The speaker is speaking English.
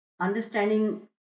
understanding